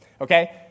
okay